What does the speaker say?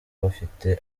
bafite